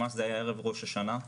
ממש זה היה ערב ראש השנה,